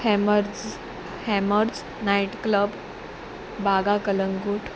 Hammerz Hammerz night club Baga Calangute